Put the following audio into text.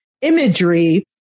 imagery